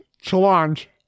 challenge